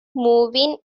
moving